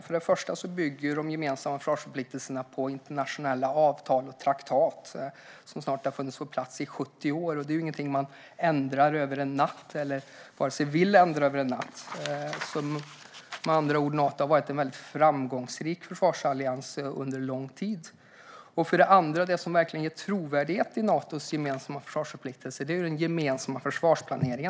För det första: De gemensamma försvarsförpliktelserna bygger på internationella avtal och traktat, som snart har funnits på plats i 70 år. Det är inget man kan eller vill ändra över en natt. Med andra ord har Nato under lång tid varit en mycket framgångsrik försvarsallians. För det andra: Det som verkligen ger trovärdighet till Natos gemensamma försvarsförpliktelser är den gemensamma försvarsplaneringen.